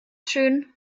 schön